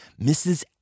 Mrs